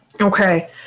Okay